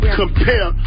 compare